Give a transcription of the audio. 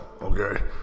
okay